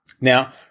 Now